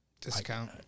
Discount